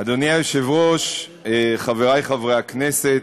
אדוני היושב-ראש, חברי חברי הכנסת,